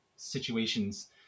situations